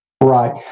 Right